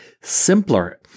simpler